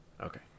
Okay